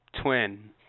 twin